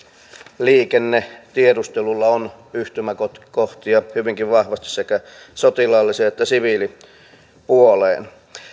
tietoliikennetiedustelulla on yhtymäkohtia hyvinkin vahvasti sekä sotilaalliseen että siviilipuoleen